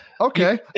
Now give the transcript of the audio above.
Okay